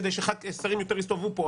כדי ששרים יותר יסתובבו פה.